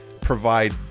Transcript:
provide